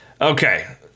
Okay